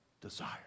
desire